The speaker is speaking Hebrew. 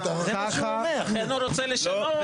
לכן הוא רוצה לשנות.